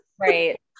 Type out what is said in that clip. Right